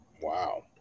Wow